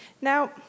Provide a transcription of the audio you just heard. Now